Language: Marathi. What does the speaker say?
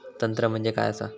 तंत्र म्हणजे काय असा?